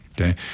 okay